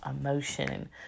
emotion